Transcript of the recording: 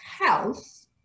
health